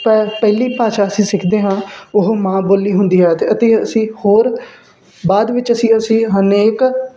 ਪ ਪਹਿਲੀ ਭਾਸ਼ਾ ਅਸੀਂ ਸਿੱਖਦੇ ਹਾਂ ਉਹ ਮਾਂ ਬੋਲੀ ਹੁੰਦੀ ਹੈ ਤੇ ਅਤੇ ਅਸੀਂ ਹੋਰ ਬਾਅਦ ਵਿੱਚ ਅਸੀਂ ਅਸੀਂ ਅਨੇਕ